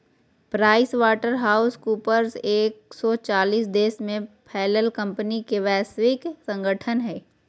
price water house Coopers एक सो चालीस देश में फैलल कंपनि के वैश्विक संगठन हइ